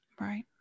Right